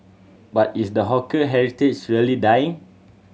but is the hawker heritage really dying